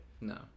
No